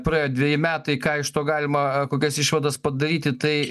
praėjo dveji metai ką iš to galima kokias išvadas padaryti tai